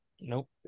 Nope